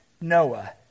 Noah